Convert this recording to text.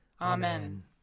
Amen